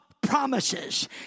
promises